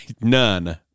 None